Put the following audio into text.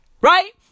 Right